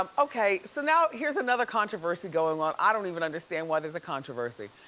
um okay, so now, here's another controversy going on. i don't even understand why there's a controversy.